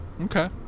okay